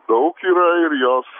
daug yra ir jos